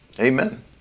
Amen